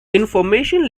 information